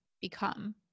become